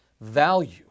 value